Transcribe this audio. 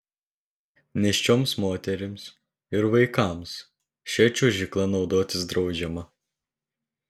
nėščioms moterims ir vaikams šia čiuožykla naudotis draudžiama